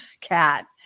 cat